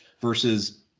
versus